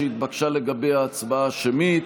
התבקשה לגביה הצבעה שמית,